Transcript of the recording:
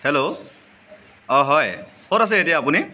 hello অঁ হয় ক'ত আছে এতিয়া আপুনি